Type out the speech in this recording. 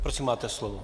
Prosím máte slovo.